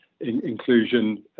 inclusion